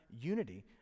unity